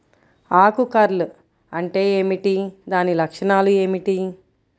ఆకు కర్ల్ అంటే ఏమిటి? దాని లక్షణాలు ఏమిటి?